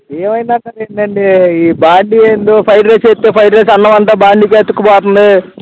ఏమైంది అంటారు ఏంటండి ఈ బాండి ఏంటో ఫ్రైడ్రైస్ వేస్తే ఫ్రైడ్రైస్ అన్నం అంతా బాండీకే అతుక్కుపోతుంది